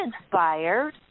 inspired